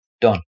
Done